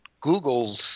Google's